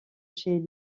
chez